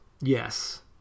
Yes